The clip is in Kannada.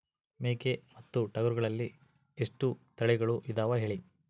ಮೇಕೆ ಮತ್ತು ಟಗರುಗಳಲ್ಲಿ ಎಷ್ಟು ತಳಿಗಳು ಇದಾವ ಹೇಳಿ?